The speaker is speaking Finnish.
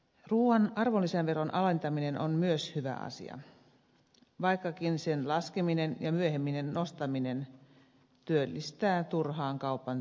ruuan arvonlisäveron alentaminen on myös hyvä asia vaikkakin sen laskeminen ja myöhemmin nostaminen työllistää turhaan kaupan työntekijöitä